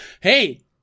Hey